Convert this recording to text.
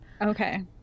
okay